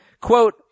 Quote